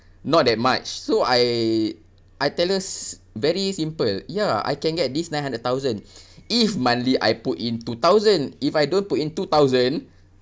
not that much so I I tell her very simple ya I can get this nine hundred thousand if monthly I put in two thousand if I don't put in two thousand